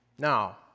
Now